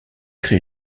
crée